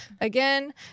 again